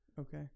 okay